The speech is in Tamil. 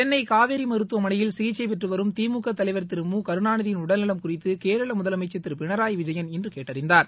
சென்னை காவேரி மருத்துவமனையில் சிகிச்சை பெற்றும் வரும் திமுக தலைவர் திரு மு கருணாநிதியின் உடல் நலம் குறித்து கேரள முதலமைச்சர் திரு பினராயி விஜயன் இன்று கேட்டறிந்தார்